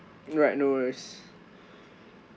alright no worries